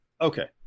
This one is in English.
okay